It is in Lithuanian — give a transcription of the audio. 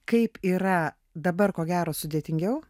kaip yra dabar ko gero sudėtingiau